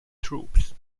troops